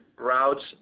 routes